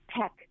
tech